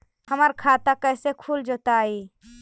हमर खाता कैसे खुल जोताई?